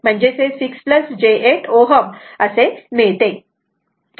8 6 j 8 Ω असा मिळतो